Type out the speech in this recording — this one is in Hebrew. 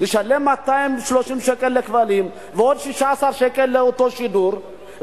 לשלם 230 שקל לכבלים ועוד 16 שקל לאותו שידור,